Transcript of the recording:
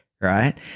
right